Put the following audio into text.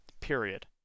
Period